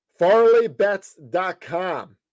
FarleyBets.com